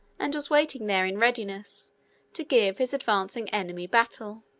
and was waiting there in readiness to give his advancing enemy battle.